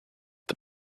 but